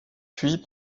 puis